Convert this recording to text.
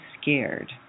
scared